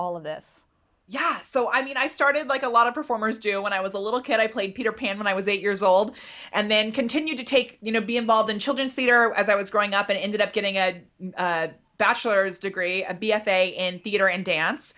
all of this yeah so i mean i started like a lot of performers do when i was a little kid i played peter pan when i was eight years old and then continued to take you know be involved in children's theatre as i was growing up and ended up getting a bachelor's degree a b f a in theater and dance